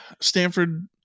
stanford